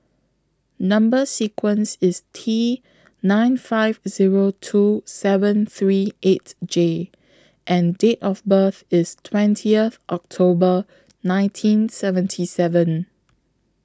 Number sequence IS T nine five Zero two seven three eight J and Date of birth IS twentieth October nineteen seventy seven